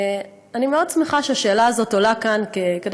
אני מאוד שמחה שהשאלה הזאת עולה כאן כדי,